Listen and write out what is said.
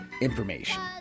information